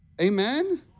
Amen